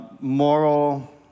moral